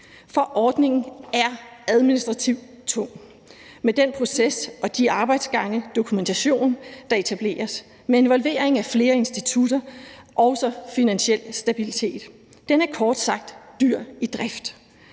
For ordningen er administrativt tung med den proces, de arbejdsgange og den dokumentation, der etableres, og med involvering af flere institutter, også Finansiel Stabilitet. Den er kort sagt dyr i drift